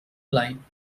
line